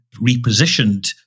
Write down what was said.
repositioned